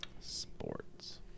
Sports